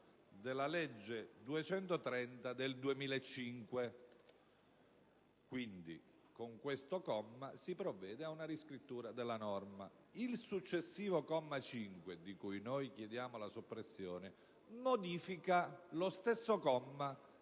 della legge 4 novembre 2005, n. 230. Con questo comma si provvede ad una riscrittura della norma. Il successivo comma 5, di cui noi chiediamo la soppressione, modifica lo stesso comma